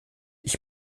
ich